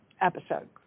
episode